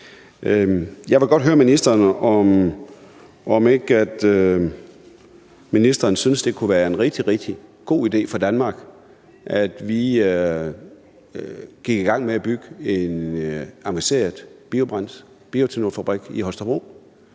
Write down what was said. om ikke ministeren synes, det kunne være en rigtig, rigtig god idé for Danmark, at vi gik i gang med at bygge en avanceret bioætanolbrændselsfabrik i Holstebro,